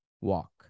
walk